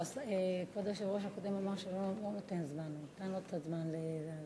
כבוד היושב-ראש, תודה לך,